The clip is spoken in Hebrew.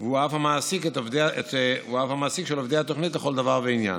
והוא אף המעסיק של עובדי התוכנית לכל דבר ועניין.